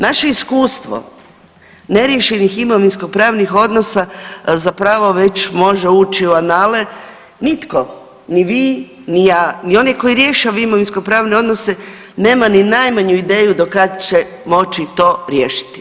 Naše iskustvo neriješenih imovinskopravnih odnosa zapravo već može ući u anale, nitko ni vi ni ja ni oni koji rješavaju imovinskopravne odnose nema ni najmanju ideju do kad će moći to riješiti.